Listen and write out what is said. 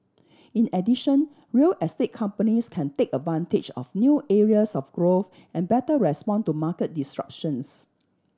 in addition real estate companies can take advantage of new areas of growth and better respond to market disruptions